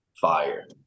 fire